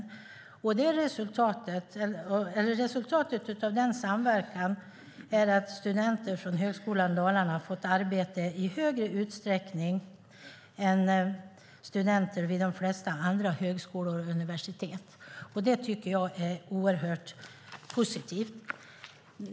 Resultatet av denna samverkan är att studenter från Högskolan Dalarna i större utsträckning har fått arbete än studenter vid de flesta andra högskolor och universitet. Det tycker jag är oerhört positivt.